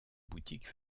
boutique